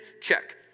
Check